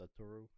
Satoru